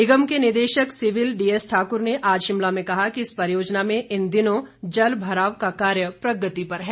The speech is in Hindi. निगम के निदेशक सिविल डीएसठाकुर ने आज शिमला में कहा कि इस परियोजना में इन दिनों जल भराव का कार्य प्रगति पर है